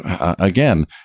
again